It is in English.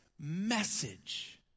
message